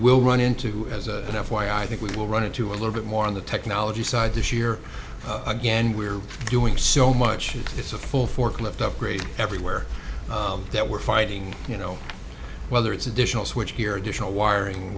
will run into as an f y i think we will run into a little bit more on the technology side this year again we're doing so much it's a full forklift upgrade everywhere that we're fighting you know whether it's additional switchgear additional wiring